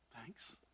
Thanks